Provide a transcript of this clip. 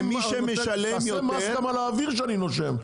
תעשה מס גם האוויר שאני נושם.